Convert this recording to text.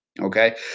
Okay